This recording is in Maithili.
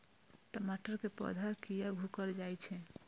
टमाटर के पौधा किया घुकर जायछे?